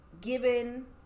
given